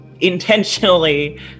intentionally